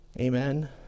Amen